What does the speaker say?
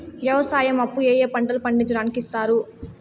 వ్యవసాయం అప్పు ఏ ఏ పంటలు పండించడానికి ఇస్తారు?